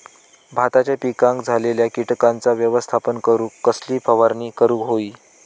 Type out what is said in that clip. भाताच्या पिकांक झालेल्या किटकांचा व्यवस्थापन करूक कसली फवारणी करूक होई?